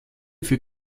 für